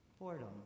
Boredom